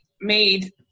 made